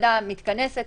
יש לי שאלה טכנית.